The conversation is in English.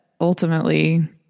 ultimately